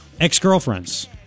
Ex-girlfriends